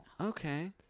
okay